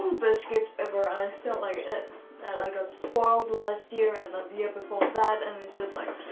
best gift ever. i feel like that i got spoiled last year and the year before that, and it's just like.